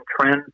trends